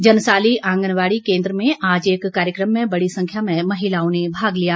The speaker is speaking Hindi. जनसाली आंगनबाड़ी केन्द्र में आज एक कार्यक्रम में बड़ी संख्या में महिलाओं ने भाग लिया